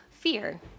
fear